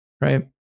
Right